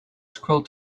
scroll